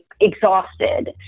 exhausted